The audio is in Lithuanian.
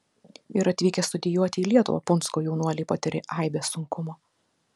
ir atvykę studijuoti į lietuvą punsko jaunuoliai patiria aibes sunkumų